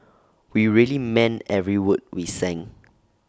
we really meant every word we sang